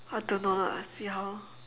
I don't know lah see how